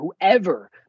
whoever